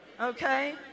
Okay